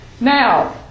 Now